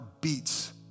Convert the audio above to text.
beats